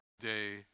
day